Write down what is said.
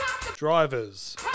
Drivers